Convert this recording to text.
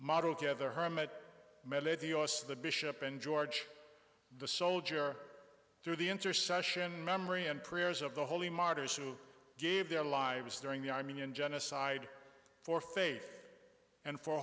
give the hermit melody oss the bishop and george the soldier through the intercession memory and prayers of the holy martyrs who gave their lives during the armenian genocide for faith and for